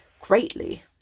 greatly